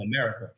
America